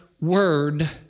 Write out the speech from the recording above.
word